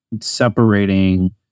separating